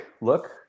look